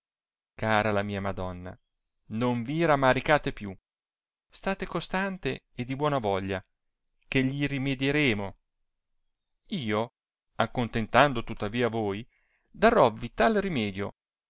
cara la mia madonna non vi ramaricate più state costante e di buona voglia che gli rimedieremo io accontentando tuttavia voi darovvi tal rimedio